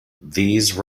these